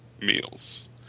Meals